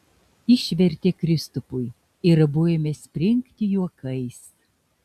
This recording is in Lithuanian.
išvertė kristupui ir abu ėmė springti juokais